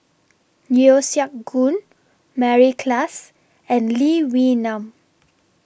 Yeo Siak Goon Mary Klass and Lee Wee Nam